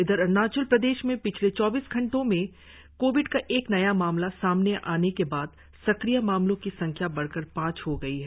इधर अरुणाचल प्रदेश में पिछले चौबीस घंटे में कोविड का एक नया मामला सामने आने के बाद सक्रिय मामलो की संख्या बढ़कर पांच हो गई है